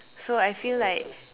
so I feel like